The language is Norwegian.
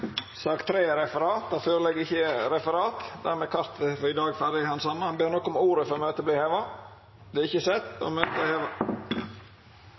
er omme. Det ligg ikkje føre noko referat. Dermed er kartet for i dag ferdighandsama. Ber nokon om ordet før møtet vert heva? – Møtet er heva.